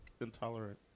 intolerant